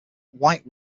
white